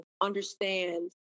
understand